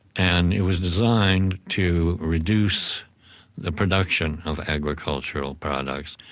and it was designed to reduce the production of agricultural products,